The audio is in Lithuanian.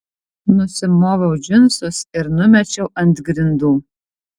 nusimoviau džinsus ir numečiau ant grindų